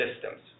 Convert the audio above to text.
systems